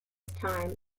time